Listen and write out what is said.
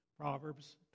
Proverbs